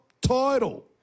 title